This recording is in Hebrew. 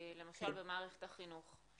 למשל במערכת החינוך.